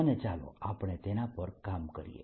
અને ચાલો આપણે તેના પર કામ કરીએ